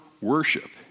worship